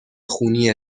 خونی